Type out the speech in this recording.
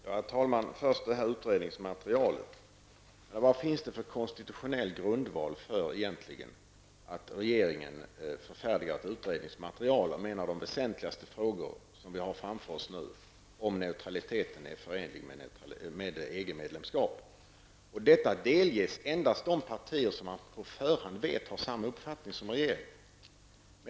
Herr talman! Vad finns det egentligen för konstitutionell grundval för att regeringen förfärdigar ett utredningsmaterial om en av de väsentligaste frågor som vi nu har framför oss, nämligen om huruvida neutraliteten är förenlig med EG-medlemskap? Detta material delges dessutom endast de partier som man på förhand vet har samma uppfattning som regeringen.